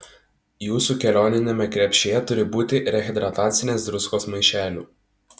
jūsų kelioniniame krepšyje turi būti rehidratacinės druskos maišelių